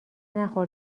نخور